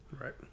Right